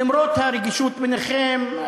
למרות הרגישות ביניכם,